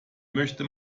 möchte